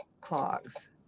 clogs